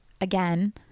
again